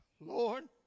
Lord